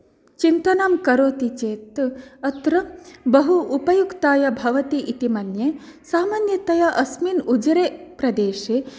चिन्तनां करोति चेत् अत्र बहु उपयुक्ताय भवति इति मन्ये समान्यतया अस्मिन् उजरे प्रदेशे